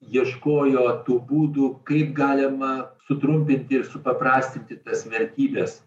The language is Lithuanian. ieškojo tų būdų kaip galima sutrumpinti ir supaprastinti tas vertybes